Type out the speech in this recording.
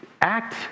act